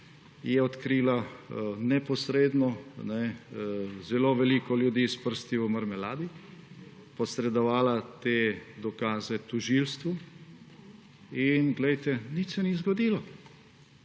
je odkrila neposredno zelo veliko ljudi s prsti v marmeladi, posredovala je te dokaze tožilstvu in nič se ni zgodilo.